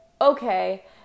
Okay